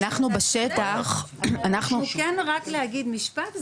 כן רק להגיד משפט,